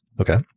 Okay